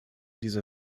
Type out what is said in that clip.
dieser